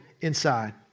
inside